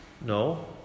No